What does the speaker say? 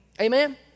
Amen